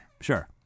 Sure